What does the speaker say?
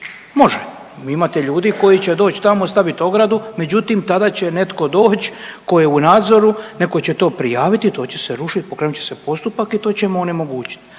može. Vi imate ljudi koji će doći tamo, staviti ogradu. Međutim, tada će netko doći tko je u nadzoru, netko će to prijaviti, to će se rušiti, pokrenut će se postupak i to ćemo onemogućiti.